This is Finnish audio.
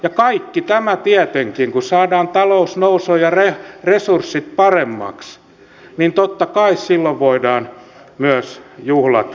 ja tietenkin kun saadaan talous nousuun ja resurssit paremmiksi totta kai silloin voidaan myös kaikki juhlat järjestää